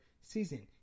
season